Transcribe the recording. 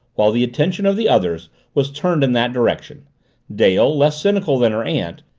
while the attention of the others was turned in that direction dale, less cynical than her aunt,